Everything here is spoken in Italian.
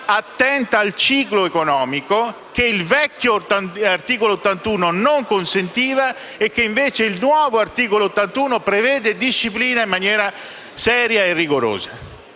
attenta al ciclo economico, che il vecchio articolo 81 della Costituzione non consentiva e che, invece, il nuovo articolo 81 prevede e disciplina in maniera seria e rigorosa.